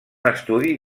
estudi